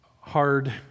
hard